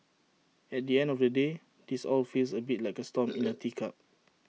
at the end of the day this all feels A bit like A storm in A teacup